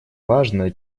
важно